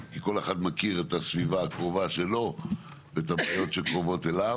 כי כל אחד מכיר את הסביבה הקרובה שלו ואת הבניות שקרובות אליו.